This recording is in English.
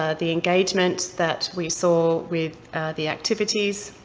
ah the engagement that we saw with the activities,